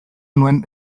nuen